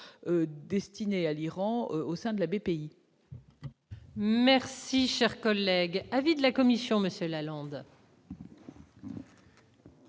destinées à l'Iran au sein de la BPI. Merci, cher collègue, avis de la Commission, monsieur Lalonde.